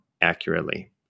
accurately